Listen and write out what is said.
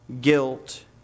guilt